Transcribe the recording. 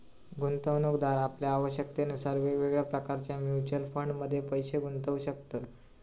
गुंतवणूकदार आपल्या आवश्यकतेनुसार वेगवेगळ्या प्रकारच्या म्युच्युअल फंडमध्ये पैशे गुंतवू शकतत